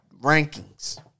rankings